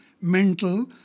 mental